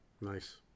Nice